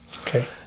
Okay